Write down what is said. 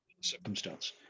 circumstance